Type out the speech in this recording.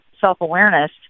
self-awareness